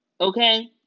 Okay